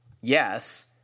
yes